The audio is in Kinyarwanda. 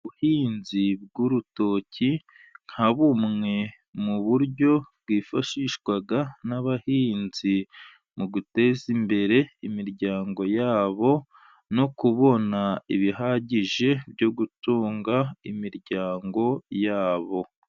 Ubuhinzi bw'urutoki, nka bumwe mu buryo bwifashishwa n'abahinzi, mu guteza imbere imiryango ya bo, no kubona ibihagije byo gutunga imiryango ya bo.